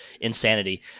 insanity